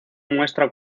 muestra